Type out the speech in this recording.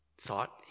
thought